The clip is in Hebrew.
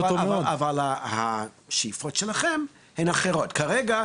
אבל אני רוצה בכל זאת